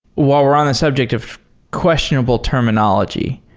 while we're on the subject of questionable terminology,